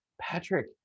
Patrick